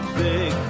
big